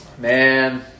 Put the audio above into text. man